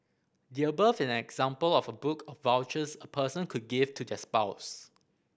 the above is an example of a book of vouchers a person could give to their spouse